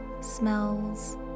smells